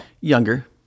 Younger